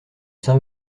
saint